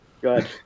Good